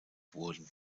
wurden